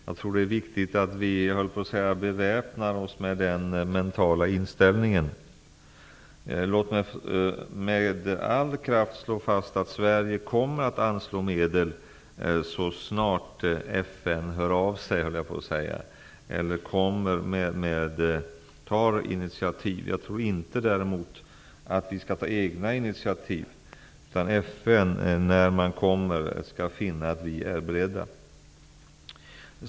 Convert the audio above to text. Det är viktigt att vi beväpnar oss, höll jag på att säga, med den mentala inställningen. Låt mig med all kraft slå fast att Sverige kommer att anslå medel så snart FN tar initiativ. Jag tror däremot inte att vi skall ta egna initiativ, utan FN skall, när de vänder sig till oss, finna att vi är beredda.